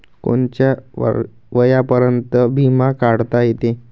कोनच्या वयापर्यंत बिमा काढता येते?